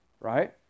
right